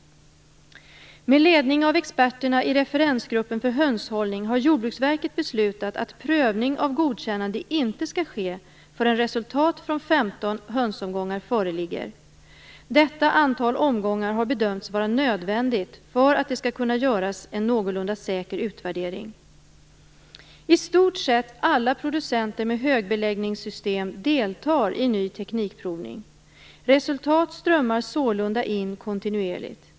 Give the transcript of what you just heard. Med ledning av experterna i referensgruppen för hönshållning har Jordbruksverket beslutat att prövning av godkännande inte skall ske förrän resultat från 15 hönsomgångar föreligger. Detta antal omgångar har bedömts vara nödvändigt för att det skall kunna göras en någorlunda säker utvärdering. I stort sett alla producenter med högbeläggningssystem deltar i ny teknikprovning. Resultat strömmar sålunda in kontinuerligt.